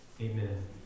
Amen